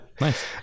nice